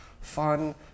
fun